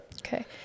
Okay